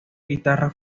guitarra